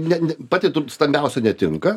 ne ne pati stambiausia netinka